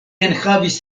enhavis